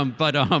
um but